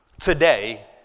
today